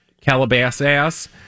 Calabasas